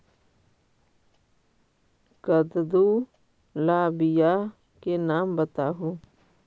कददु ला बियाह के नाम बताहु?